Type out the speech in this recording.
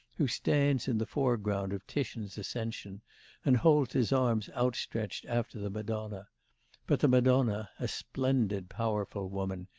who stands in the foreground of titian's ascension and holds his arms outstretched after the madonna but the madonna a splendid, powerful woman,